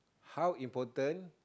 how important